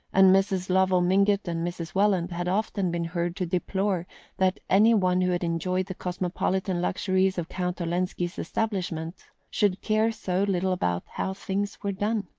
and mrs. lovell mingott and mrs. welland had often been heard to deplore that any one who had enjoyed the cosmopolitan luxuries of count olenski's establishments should care so little about how things were done.